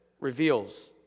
reveals